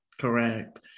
Correct